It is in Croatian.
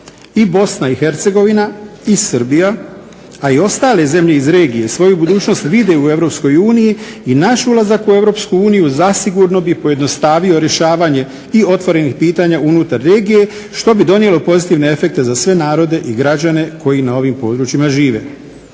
I Bosna i Hercegovina i Srbija, a i ostale zemlje iz regije svoju budućnost vide u Europskoj uniji i naš ulazak u Europsku uniju zasigurno bi pojednostavio rješavanje i otvorenih pitanja unutar regije što bi donijelo pozitivne efekte za sve narode i građane koji na ovim područjima žive.